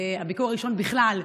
הביקור הראשון בכלל,